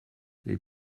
les